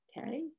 okay